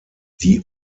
die